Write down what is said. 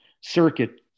circuit